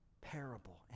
parable